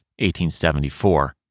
1874